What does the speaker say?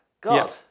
god